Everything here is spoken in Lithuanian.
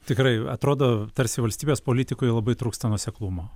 tikrai atrodo tarsi valstybės politikoj labai trūksta nuoseklumo